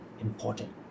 important